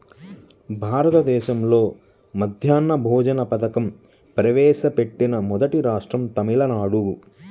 భారతదేశంలో మధ్యాహ్న భోజన పథకం ప్రవేశపెట్టిన మొదటి రాష్ట్రం తమిళనాడు